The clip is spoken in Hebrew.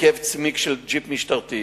ניקב צמיג של ג'יפ משטרתי,